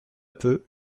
peu